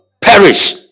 Perish